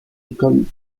école